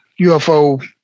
UFO